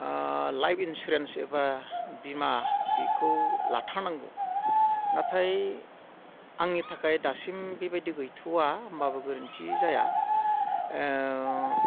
life insurance एबा बीमा बेखौ लाथारनांगौ नाथाय आंनि थाखाय दासिम बेबायदि गैथ'वा होमब्लाबो गोरोन्थि जाया